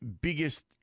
biggest